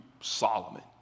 Solomon